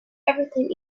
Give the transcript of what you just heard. everything